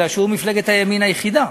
כי הוא מפלגת הימין היחידה,